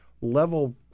level